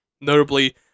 notably